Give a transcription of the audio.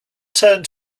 turned